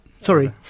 sorry